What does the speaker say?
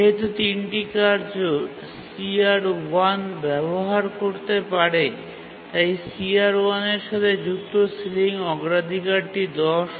যেহেতু তিনটি কার্য CR1ব্যবহার করতে পারে তাই CR1 এর সাথে যুক্ত সিলিং অগ্রাধিকারটি ১০